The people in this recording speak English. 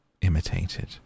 Imitated